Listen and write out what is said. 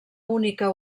única